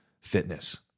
fitness